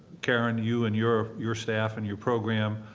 karen, you and your your staff and your program,